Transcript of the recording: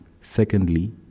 secondly